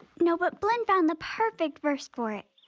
no, but blynn found the perfect verse for it.